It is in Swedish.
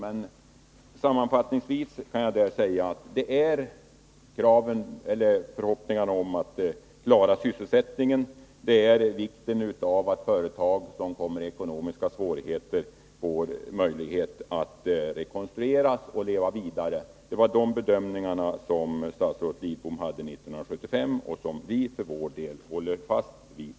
Men jag vill sammanfattningsvis säga att det gäller förhoppningarna om att klara sysselsättningen och vikten av att företag som hamnar i ekonomiska svårigheter får möjligheter att leva vidare och rekonstrueras. Det var de bedömningarna som statsrådet Lidbom gjorde 1975 och som vi för vår del håller fast vid.